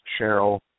Cheryl